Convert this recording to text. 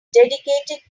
dedicated